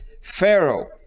Pharaoh